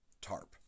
TARP